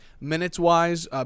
Minutes-wise